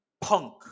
Punk